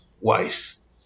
wise